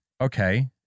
Okay